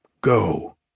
go